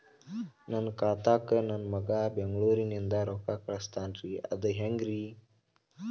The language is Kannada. ನನ್ನ ಖಾತಾಕ್ಕ ನನ್ನ ಮಗಾ ಬೆಂಗಳೂರನಿಂದ ರೊಕ್ಕ ಕಳಸ್ತಾನ್ರಿ ಅದ ಹೆಂಗ್ರಿ?